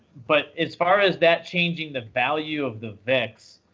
but as far as that changing the value of the vix,